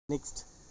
Next